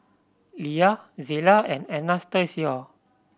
Lia Zela and Anastacio